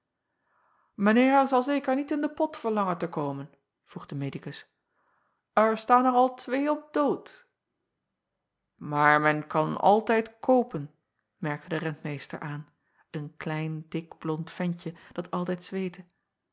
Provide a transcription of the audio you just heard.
eer zal zeker niet in de pot verlangen te komen vroeg de medicus er staan er al twee op dood aar men kan altijd koopen merkte de rentmeester aan een klein dik blond ventje dat altijd zweette